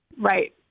Right